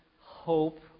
hope